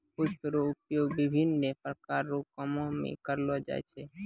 पुष्प रो उपयोग विभिन्न प्रकार रो कामो मे करलो जाय छै